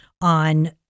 on